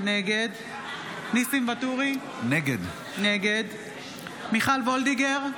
נגד ניסים ואטורי, נגד מיכל מרים וולדיגר,